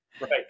Right